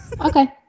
Okay